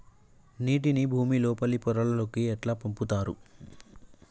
నీటిని భుమి లోపలి పొరలలోకి ఎట్లా పంపుతరు?